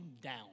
down